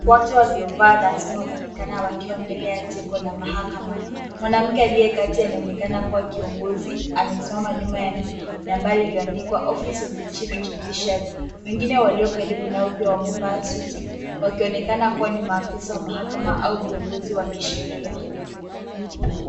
Watu waliovaa rasmi wanaonekana wakiwa mbele ya jengo la mahakama. Mwanamke aliyekati anaonekana kuwa kiongozi amesimama nyuma ya nambari iliyoandikwa office of the chief judiciary ,wengine walio karibu nao pia wamevaa suti wakionekana kuwa ni maafisa wa mahakama au viongozi wa kisheria.